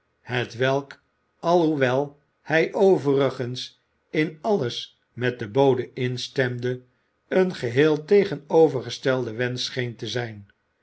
hetwelk alhoewel hij overigens in alles met den bode instemde een geheel tegenovergestelde wensch scheen te zijn